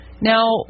Now